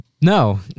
no